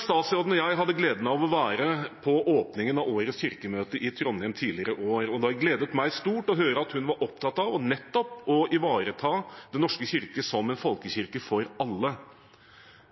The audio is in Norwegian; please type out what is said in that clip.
Statsråden og jeg hadde gleden av å være på åpningen av årets kirkemøte i Trondheim tidligere i år, og det har gledet meg stort å høre at hun var opptatt av nettopp å ivareta Den norske kirke som en folkekirke for alle.